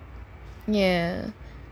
ya